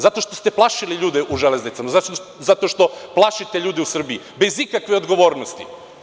Zato što ste plašili ljude u železnicama, zato što plašite ljude u Srbiji, bez ikakve odgovornosti.